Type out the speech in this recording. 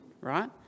right